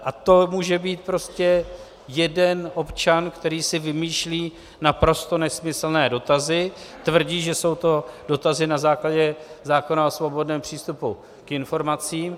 A to může být prostě jeden občan, který si vymýšlí naprosto nesmyslné dotazy, tvrdí, že jsou to dotazy na základě zákona o svobodném přístupu k informacím.